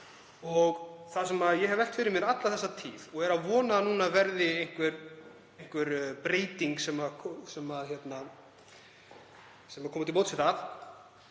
Það sem ég hef velt fyrir mér alla þessa tíð, og er að vona að nú verði einhver breyting gerð sem komi til móts við það,